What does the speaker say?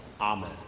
Amen